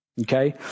Okay